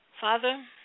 Father